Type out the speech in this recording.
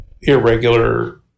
irregular